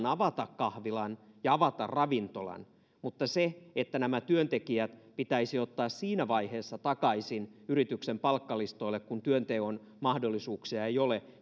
avata kahvilan ja avata ravintolan mutta se että nämä työntekijät pitäisi ottaa siinä vaiheessa takaisin yrityksen palkkalistoille kun työnteon mahdollisuuksia ei ole